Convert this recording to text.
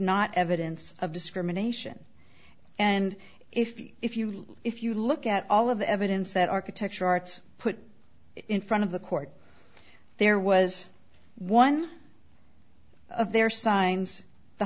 not evidence of discrimination and if you look if you look at all of the evidence that architecture art put in front of the court there was one of their signs the